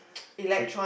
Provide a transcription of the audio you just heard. three